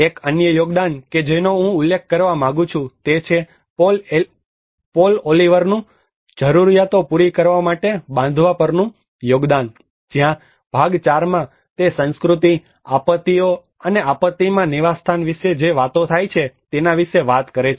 એક અન્ય યોગદાન કે જેનો હું ઉલ્લેખ કરવા માંગું છું તે છે પોલ ઓલિવરનું જરૂરિયાતો પૂરી કરવા માટે બાંધવા પરનું યોગદાન જ્યાં ભાગ 4 માં તે સંસ્કૃતિ આપત્તિઓ અને આપત્તિમાં નિવાસસ્થાન વિશે જે વાતો થાય છે તેના વિશે વાત કરે છે